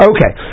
Okay